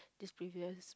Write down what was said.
this previous